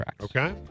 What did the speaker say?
Okay